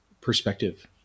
perspective